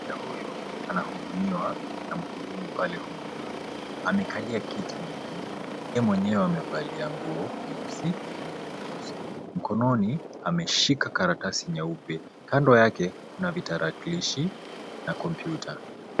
Mteja huyu anahudumiwa na mhudumu pale huduma. Amekalia kiti nyekundu, yeye mwenyewe amevalia nguo nyeusi na nwele nyeusi. Mkononi ameshika karatasi nyeupe. Kando yake kuna vitarakilishi na kompyuta.